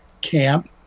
camp